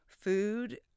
food